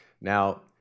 Now